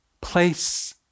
place